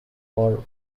for